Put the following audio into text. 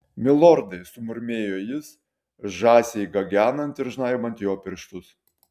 milordai sumurmėjo jis žąsiai gagenant ir žnaibant jo pirštus